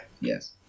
Yes